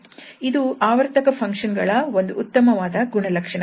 ಇದು ಆವರ್ತಕ ಫಂಕ್ಷನ್ ಗಳ ಒಂದು ಉತ್ತಮವಾದ ಗುಣಲಕ್ಷಣವಾಗಿದೆ